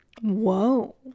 Whoa